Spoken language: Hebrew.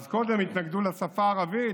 אז קודם התנגדו לשפה הערבית?